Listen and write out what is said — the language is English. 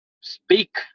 speak